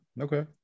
okay